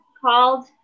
called